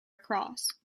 across